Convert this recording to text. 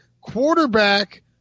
quarterback